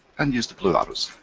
and use the blue arrows.